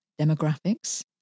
demographics